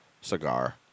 cigar